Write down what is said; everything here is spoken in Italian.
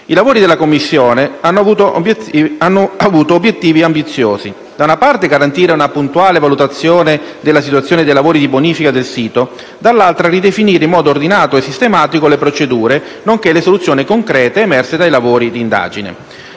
I lavori della Commissione hanno avuto obiettivi ambiziosi: da una parte, garantire una puntuale valutazione della situazione dei lavori di bonifica del sito, dall'altra ridefinire in modo ordinato e sistematico le procedure, nonché le soluzioni concrete emerse dai lavori di indagine.